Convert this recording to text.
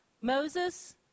Moses